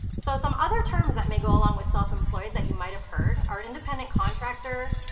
so some other terms that may go along with self-employed that you might have heard are independent contractor,